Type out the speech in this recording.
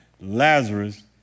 Lazarus